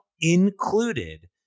included